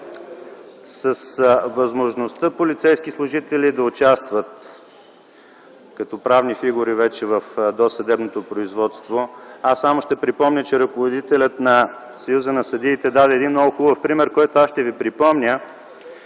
с възможността полицейски служители да участват като правни фигури вече в досъдебното производство. Само ще припомня, че ръководителят на Съюза на съдиите даде един много хубав пример, който ще ви припомня.